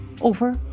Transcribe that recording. over